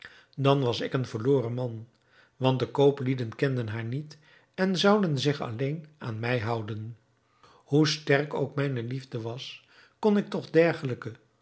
dan was ik een verloren man want de kooplieden kenden haar niet en zouden zich alleen aan mij houden hoe sterk ook mijne liefde was kon ik toch dergelijke